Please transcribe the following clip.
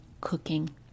cooking